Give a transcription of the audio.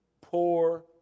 Poor